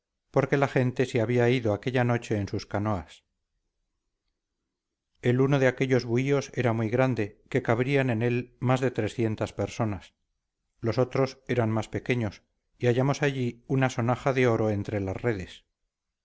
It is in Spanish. porque la gente se había ido aquella noche en sus canoas el uno de aquellos buhíos era muy grande que cabrían en él más de trescientas personas los otros eran más pequeños y hallamos allí una sonaja de oro entre las redes